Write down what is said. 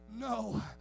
no